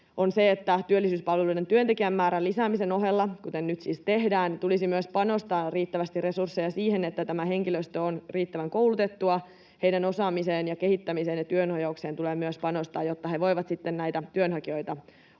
päästä, että työllisyyspalveluiden työntekijämäärän lisäämisen ohella — kuten nyt siis tehdään — tulisi myös panostaa riittävästi resursseja siihen, että tämä henkilöstö on riittävän koulutettua. Heidän osaamiseensa ja kehittämiseensä ja työnohjaukseensa tulee myös panostaa, jotta he voivat sitten näitä työnhakijoita oikein